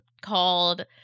called